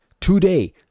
today